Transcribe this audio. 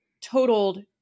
totaled